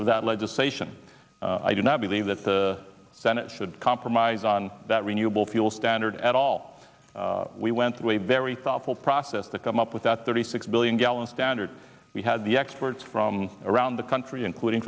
of that legislation i do not believe that the senate should compromise on that renewable fuel standard at all we went way very thoughtful process to come up with that thirty six billion gallons standard we had the experts from around the country including